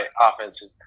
offensive